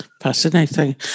Fascinating